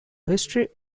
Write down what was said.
history